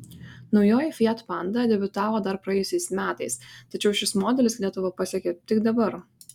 naujoji fiat panda debiutavo dar praėjusiais metais tačiau šis modelis lietuvą pasiekė tik dabar